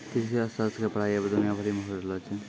कृषि अर्थशास्त्र के पढ़ाई अबै दुनिया भरि मे होय रहलो छै